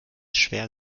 schwer